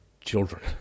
children